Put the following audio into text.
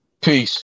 Peace